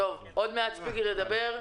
עוד מעט שפיגלר ידבר.